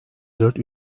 dört